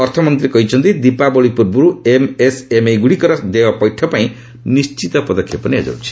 ଅର୍ଥମନ୍ତ୍ରୀ କହିଛନ୍ତି ଦୀପାବଳି ପୂର୍ବରୁ ଏମ୍ଏସ୍ଏମ୍ଇ ଗୁଡ଼ିକର ଦେୟ ପୈଠ ପାଇଁ ନିର୍ଣ୍ଣିତ ପଦକ୍ଷେପ ନିଆଯାଉଛି